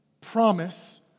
promise